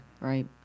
right